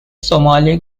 somali